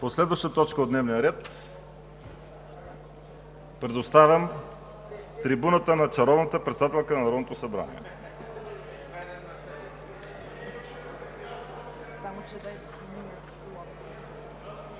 По следващата точка от дневния ред предоставям трибуната на чаровната председателка на Народното събрание.